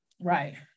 Right